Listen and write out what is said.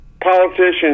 politicians